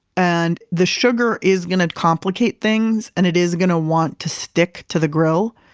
and the sugar is going to complicate things and it is going to want to stick to the grill.